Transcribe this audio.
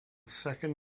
second